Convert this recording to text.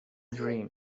dream